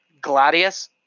gladius